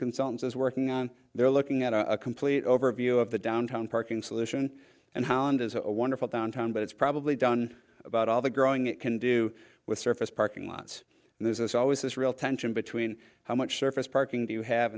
consultants is working on they're looking at a complete overview of the downtown parking solution and holland is a wonderful downtown but it's probably done about all the growing it can do with surface parking lots and there's always this real tension between how much surface parking do you have